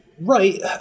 Right